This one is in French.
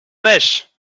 mèche